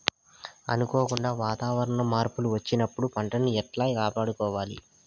అనుకోకుండా వాతావరణ మార్పులు వచ్చినప్పుడు పంటను ఎట్లా కాపాడుకోవాల్ల?